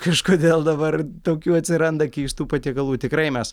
kažkodėl dabar tokių atsiranda keistų patiekalų tikrai mes